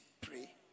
Pray